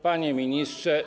Panie Ministrze!